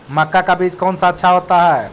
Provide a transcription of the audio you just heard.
मक्का का बीज कौन सा अच्छा होता है?